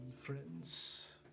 friends